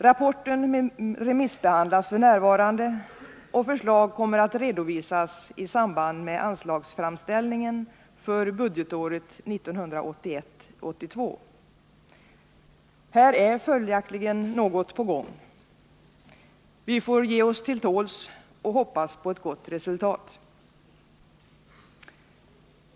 Rapporten remissbehandlas f. n., och förslag kommer att redovisas i samband med anslagsframställningen för budgetåret 1981/82. Här är följaktligen något på gång. Vi får ge oss till tåls och hoppas på ett gott resultat.